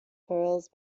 pearls